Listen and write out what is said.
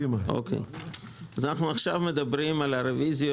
אנחנו מדברים על רביזיה